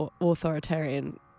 authoritarian